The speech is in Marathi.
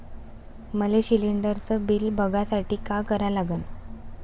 मले शिलिंडरचं बिल बघसाठी का करा लागन?